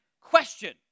question